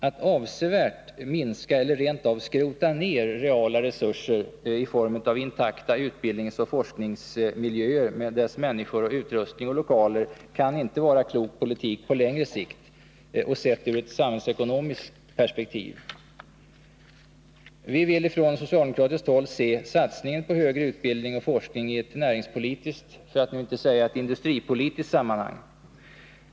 Att avsevärt minska eller rent av skrota ner reala resurser i form av intakta utbildningsoch forskningsmiljöer med deras människor, utrustning och lokaler kan inte vara klok politik på längre sikt och sett ur samhällsekonomiskt perspektiv. Vi vill från socialdemokratiskt håll se satsningen på högre utbildning och forskning i ett näringspolitiskt, för att inte säga industripolitiskt, sammanhang.